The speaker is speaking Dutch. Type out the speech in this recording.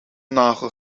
nagel